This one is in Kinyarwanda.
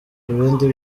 ibindi